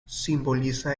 simboliza